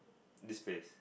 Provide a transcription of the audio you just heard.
this place